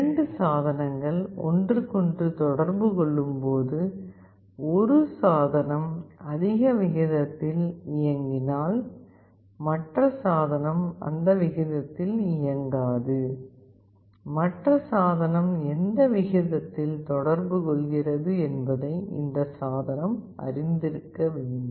2 சாதனங்கள் ஒன்றுக்கொன்று தொடர்பு கொள்ளும்போது ஒரு சாதனம் அதிக விகிதத்தில் இயங்கினால் மற்ற சாதனம் அந்த விகிதத்தில் இயங்காது மற்ற சாதனம் எந்த விகிதத்தில் தொடர்பு கொள்கிறது என்பதை இந்த சாதனம் அறிந்திருக்க வேண்டும்